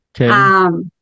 Okay